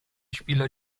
spieler